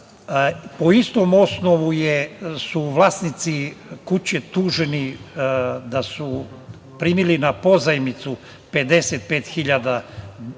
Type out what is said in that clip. po istom osnovu su vlasnici kuće tuženi da su primili na pozajmicu 55 hiljada